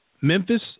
Memphis